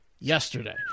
yesterday